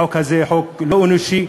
החוק הזה חוק לא אנושי,